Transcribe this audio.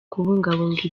kubungabunga